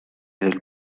will